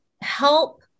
help